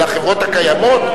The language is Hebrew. לחברות הקיימות?